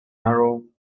narrow